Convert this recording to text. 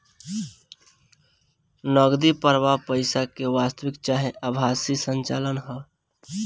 नगदी प्रवाह पईसा के वास्तविक चाहे आभासी संचलन ह